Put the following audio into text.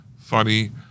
funny